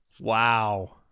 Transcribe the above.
Wow